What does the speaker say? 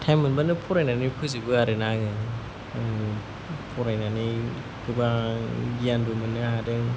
time मोनबानो फरायनानै फोजोबो आरो ना आङो फरायनानै गोबां गियानबो मोननो हादों